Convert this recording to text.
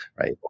right